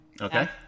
Okay